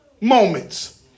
moments